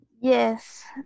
Yes